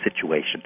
situation